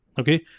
okay